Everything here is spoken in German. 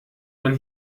man